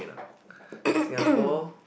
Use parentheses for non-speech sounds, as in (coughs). (coughs)